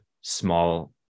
small